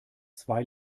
zwei